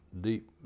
deep